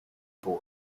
boy